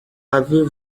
avez